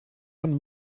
von